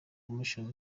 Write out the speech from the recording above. commission